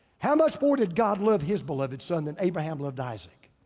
how much more did god love his beloved son than abraham loved isaac?